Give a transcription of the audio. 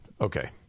Okay